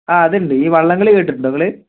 ആ അതുണ്ട് ഈ വള്ളംകളി കേട്ടിട്ടുണ്ടോ നിങ്ങൾ